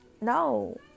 No